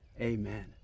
amen